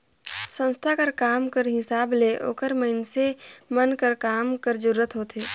संस्था कर काम कर हिसाब ले ओकर मइनसे मन कर काम कर जरूरत होथे